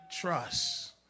trust